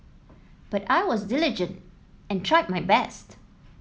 but I was diligent and tried my best